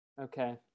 Okay